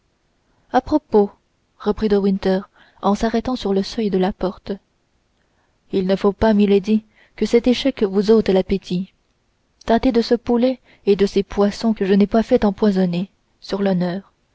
à propos reprit de winter en s'arrêtant sur le seuil de la porte il ne faut pas milady que cet échec vous ôte l'appétit tâtez de ce poulet et de ces poissons que je n'ai pas fait empoisonner sur l'honneur